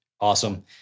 awesome